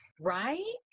Right